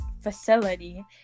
facility